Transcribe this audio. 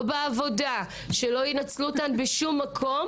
לא בעבודה ושלא ינצלו אותן בשום מקום.